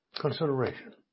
consideration